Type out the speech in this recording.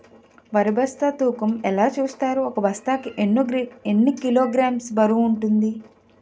వరి బస్తా తూకం ఎలా చూస్తారు? ఒక బస్తా కి ఎన్ని కిలోగ్రామ్స్ బరువు వుంటుంది?